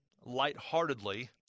lightheartedly